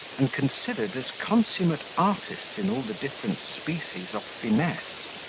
and considered as consummate artists in all the different species of finesse,